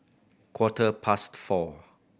quarter past four